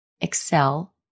excel